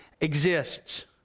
exists